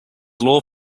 law